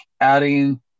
adding